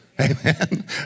Amen